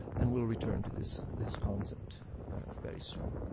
and we'll return to this, this concept very soon.